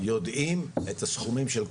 יודעים את הסכומים של כולם,